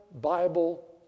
Bible